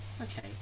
Okay